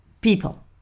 People